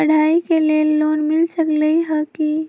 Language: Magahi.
पढाई के लेल लोन मिल सकलई ह की?